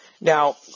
Now